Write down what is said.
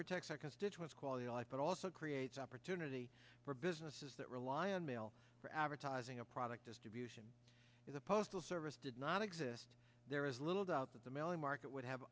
protects our constituents quality of life but also creates opportunity for businesses that rely on mail for advertising a product distribution is a postal service did not exist there is little doubt that the mailing market would have